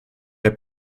herr